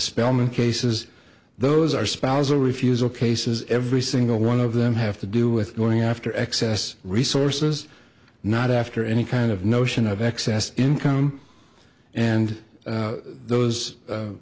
cases those are spousal refusal cases every single one of them have to do with going after excess resources not after any kind of notion of excess income and those